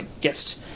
guest